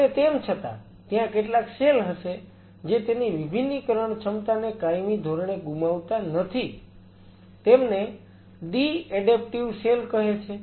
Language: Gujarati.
અને તેમ છતાં ત્યાં કેટલાક સેલ હશે જે તેની વિભિન્નીકરણ ક્ષમતાને કાયમી ધોરણે ગુમાવતા નથી તેમને ડી એડેપ્ટીવ સેલ કહે છે